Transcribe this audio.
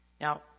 Now